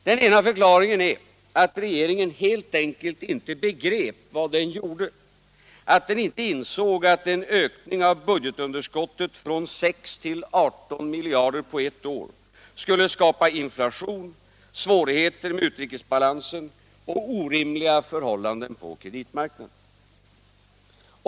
Den ena förklaringen är att regeringen helt enkelt inte begrep vad den gjorde, att den inte insåg att en ökning av budgetunderskottet från 6 till 18 miljarder på ett år skulle skapa inflation, svårigheter med utrikesbalansen och orimliga förhållanden på kreditmarknaden.